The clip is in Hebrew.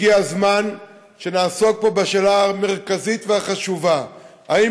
הגיע הזמן שנעסוק פה בשאלה המרכזית והחשובה: האם